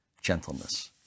gentleness